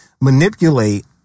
manipulate